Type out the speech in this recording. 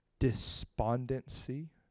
despondency